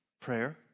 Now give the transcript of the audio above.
Prayer